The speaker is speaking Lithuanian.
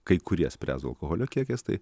kai kurie spręsdavo alkoholio kiekiais tai